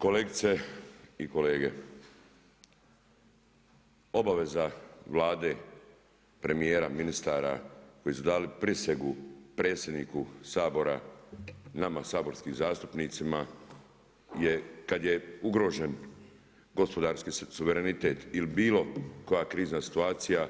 Kolegice i kolege, obaveza Vlade, premijera, ministara, koji su dali prisegu predsjedniku Sabora i nama saborskim zastupnicima, kad je ugrožen gospodarsku suverenitet ili bilo koja krizna situacija